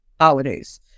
holidays